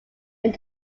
made